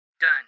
Done